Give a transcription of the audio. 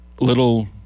little